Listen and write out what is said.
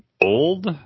old